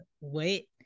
wait